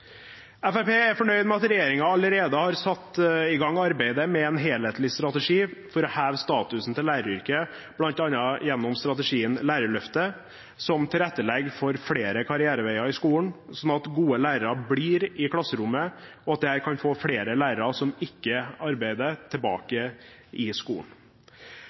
er fornøyd med at regjeringen allerede har satt i gang arbeidet med en helhetlig strategi for å heve statusen til læreryrket, bl.a. gjennom strategien Lærerløftet, som tilrettelegger for flere karriereveier i skolen, sånn at gode lærere blir i klasserommet, og at dette kan få flere lærere som ikke arbeider i sektoren, tilbake i skolen.